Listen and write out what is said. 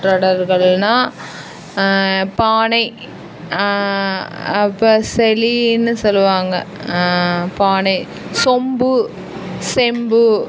தொடர்கள்னால் பானை இப்போ செலினு சொல்லுவாங்க பானை சொம்பு செம்பு